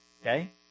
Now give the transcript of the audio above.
Okay